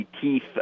teeth